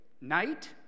night